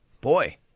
boy